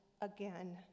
again